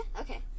Okay